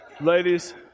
Ladies